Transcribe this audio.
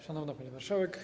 Szanowna Pani Marszałek!